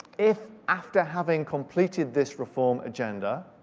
if after having completed this reform agenda